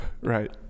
Right